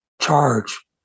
charge